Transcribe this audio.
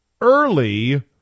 early